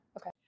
Okay